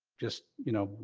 just, you know,